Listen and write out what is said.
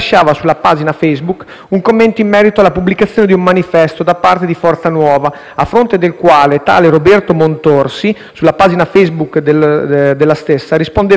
Cito: